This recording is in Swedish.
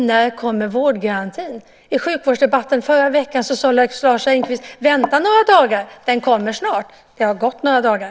När kommer vårdgarantin? I sjukvårdsdebatten förra veckan sade Lars Engqvist att vi skulle vänta några dagar - den kommer snart. Det har gått några dagar.